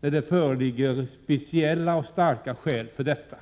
när det föreligger speciella och starka skäl för en sådan.